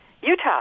Utah